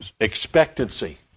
expectancy